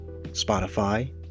Spotify